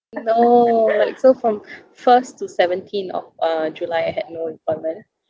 no like so from first to seventeenth of uh july I had no appointment